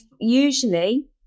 usually